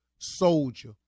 soldier